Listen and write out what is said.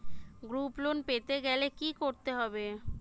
Group loan পেতে গেলে কি করতে হবে?